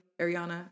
Ariana